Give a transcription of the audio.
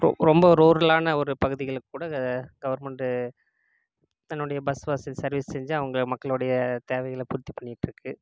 ரொ ரொம்ப ரூரலான ஒரு பகுதிகள் கூட கவெர்மெண்டு தன்னுடைய பஸ் வசதி சர்வீஸ் செஞ்சு அவங்க மக்களுடைய தேவைகளை பூர்த்தி பண்ணிட்டுருக்கு